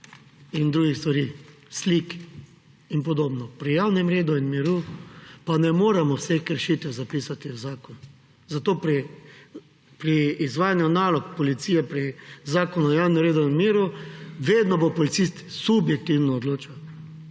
in drugih stvari, slik in podobno. Pri javnem redu in miru pa ne moremo vseh kršitev zapisati v zakon, zato pri izvajanju nalog policije, pri zakonu o javnem redu in miru bo vedno policist subjektivno odločal,